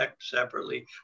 separately